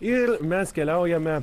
ir mes keliaujame